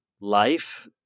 life